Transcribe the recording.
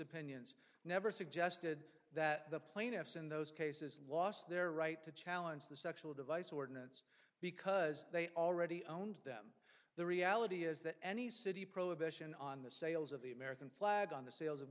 opinions never suggested that the plaintiffs in those cases lost their right to challenge the sexual device ordinance because they already owned them the reality is that any city prohibition on the sales of the american flag on the sales